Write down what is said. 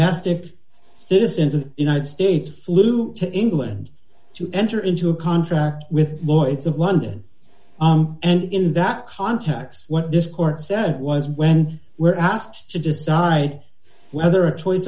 method citizens of the united states flew to england to enter into a contract with lloyds of london and in that context what this court said was when we're asked to decide whether a choice